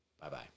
Bye-bye